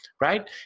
right